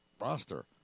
roster